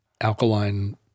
alkaline